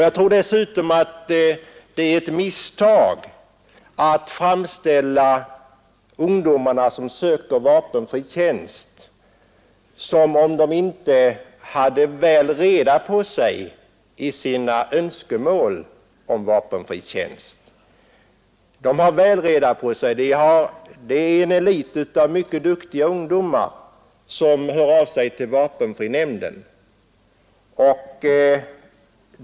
Jag tror dessutom att det är ett misstag att framställa de ungdomar som söker vapenfri tjänst som om dessa inte hade väl reda på sig i sina önskemål därvidlag. De har väl reda på sig. Det är vanligen en elit av mycket duktiga ungdomar, som hör av sig till vapenfrinämnden.